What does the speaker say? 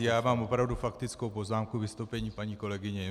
Já mám opravdu faktickou poznámku k vystoupení paní kolegyně Němcové.